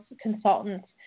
consultants